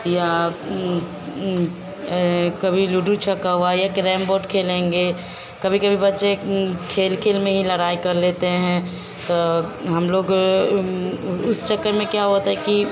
या कभी लूडो छक्का हुआ या क्रेम बोर्ड खेलेंगे कभी कभी बच्चे खेल खेल में ही लड़ाई कर लेते हैं तो हम लोग उस चक्कर में क्या होता कि